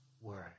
word